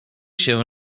się